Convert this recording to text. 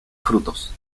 frutos